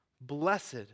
Blessed